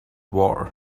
war